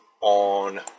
on